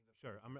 Sure